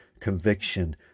conviction